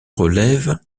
relève